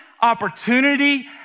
opportunity